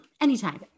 Anytime